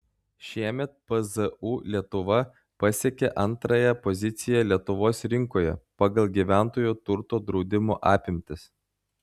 šiemet pzu lietuva pasiekė antrąją poziciją lietuvos rinkoje pagal gyventojų turto draudimo apimtis